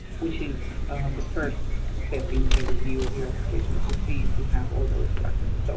which is the first step in the review of your application, to see if you have all those documents. so,